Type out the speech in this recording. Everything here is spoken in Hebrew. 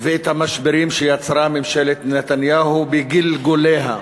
ואת המשברים שיצרה ממשלת נתניהו בגלגוליה,